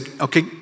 okay